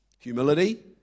Humility